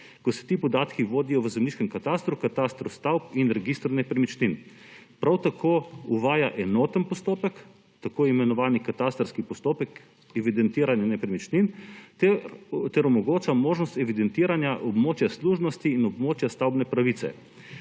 ko se ti podatki vodijo v zemljiškem katastru, katastru stavb in registru nepremičnin. Prav tako uvaja enoten postopek, tako imenovani katastrski postopek evidentiranja nepremičnin, ter omogoča možnost evidentiranja območja služnosti in območja stavbne pravice.